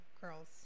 girls